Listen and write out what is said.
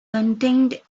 contained